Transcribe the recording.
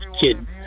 kid